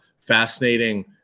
fascinating